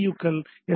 PDU கள் S